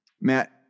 Matt